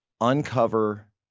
Uncover